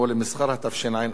התשע"א 2010,